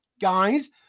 guys